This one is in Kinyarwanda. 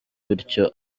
bityo